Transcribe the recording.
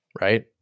right